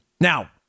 Now